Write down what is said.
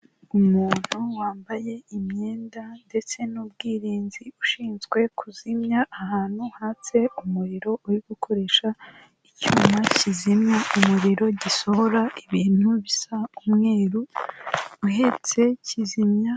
Umuntu wambaye imyenda ndetse n'ubwirinzi ushinzwe kuzimya ahantu hatse umuriro uri gukoresha icyuma kizimya umuriro gisohora ibintu bisa umweru uhetse kizimya moto.